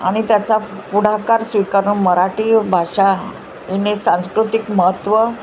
आणि त्याचा पुढाकार स्वीकार मराठी भाषेने सांस्कृतिक महत्त्व